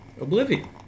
Oblivion